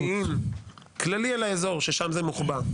-- מודיעין כללי על האזור ששם זה מוחבא.